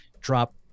drop